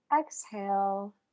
Exhale